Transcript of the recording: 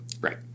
Right